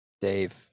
dave